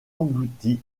englouti